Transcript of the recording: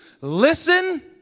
listen